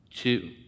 two